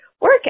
work